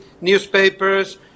newspapers